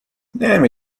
نمی